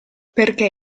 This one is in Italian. perché